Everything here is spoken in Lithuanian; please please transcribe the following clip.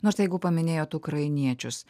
nors jeigu paminėjot ukrainiečius